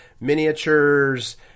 miniatures